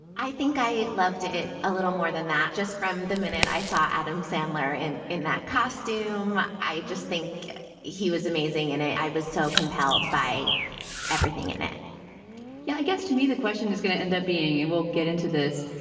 i think i loved it a little more than that, just from the minute i saw adam sandler and in that costume. i just think he was amazing and i was so compelled by everything in it yeah, i guess to me the question is going to end up being and we'll get into this,